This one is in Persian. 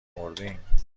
مردیم